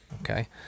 okay